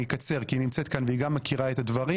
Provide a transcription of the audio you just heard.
אני אקצר כי היא נמצאת כאן והיא גם מכירה את הדברים.